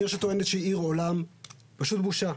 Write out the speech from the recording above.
עיר שטוענת שהיא עיר עולם, פשוט בושה.